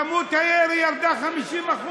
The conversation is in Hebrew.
כמות הירי ירדה ל-50%.